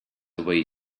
away